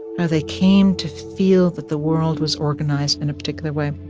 you know they came to feel that the world was organized in a particular way